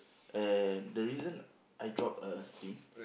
and the reason I drop a stream